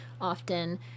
often